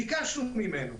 ביקשנו ממנו,